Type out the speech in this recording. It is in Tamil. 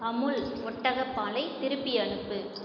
அமுல் ஒட்டகப் பாலை திருப்பி அனுப்பு